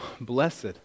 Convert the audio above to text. blessed